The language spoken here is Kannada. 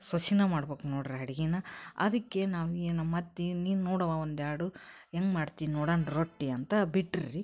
ಸೊಸಿನೇ ಮಾಡ್ಬೇಕು ನೋಡಿರಿ ಅಡುಗೇನ ಅದಕ್ಕೆ ನಾನು ಏನು ನಮ್ಮ ಅತ್ತೆ ನೀನು ನೋಡವ್ವ ಒಂದು ಎರಡು ಹೆಂಗ್ ಮಾಡ್ತೀನಿ ನೋಡಾಣ ರೊಟ್ಟಿ ಅಂತ ಬಿಟ್ರು ರೀ